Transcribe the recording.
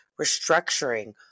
restructuring